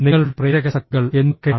നിങ്ങളുടെ പ്രേരകശക്തികൾ എന്തൊക്കെയാണ്